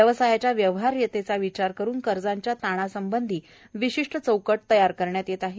व्यवसायाच्या व्यवहार्यतेचा विचार करून कर्जाच्या ताणांसंबधी विशिष्ट चौकट तयार करण्यात येत आहे